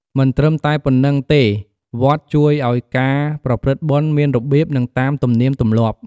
មិនត្រឹមតែប៉ុន្នឹងទេវត្តជួយអោយការប្រព្រឹត្តបុណ្យមានរបៀប និងតាមទំនៀមទម្លាប់។